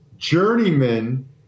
Journeyman